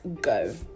go